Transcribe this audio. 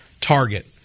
target